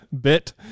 bit